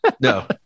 no